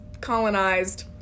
colonized